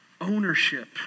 ownership